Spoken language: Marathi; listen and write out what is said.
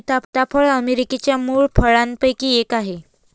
सीताफळ अमेरिकेच्या मूळ फळांपैकी एक आहे